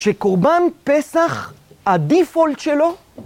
שקורבן פסח הדיפולט שלו